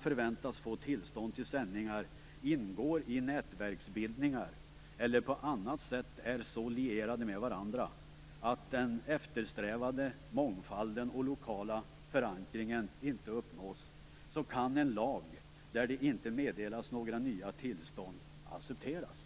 förväntas kunna få tillstånd till sändningar ingår i nätverksbildningar eller på annat sätt är så lierade med varandra att den eftersträvade mångfalden och lokala förankringen inte uppnås, kan en lag där det inte meddelas några nya tillstånd accepteras.